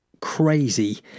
crazy